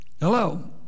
Hello